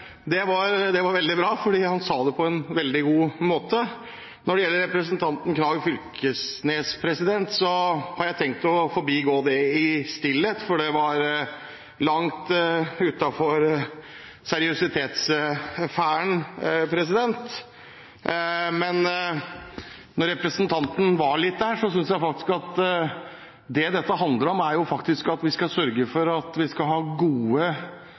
Det var veldig bra, fordi han sa det på en veldig god måte. Når det gjelder innlegget til representanten Knag Fylkesnes, har jeg tenkt å forbigå det i stillhet, fordi det var langt utenfor seriøsitetssfæren. Men når representanten var litt der, synes jeg faktisk at det dette handler om, er at vi skal sørge for at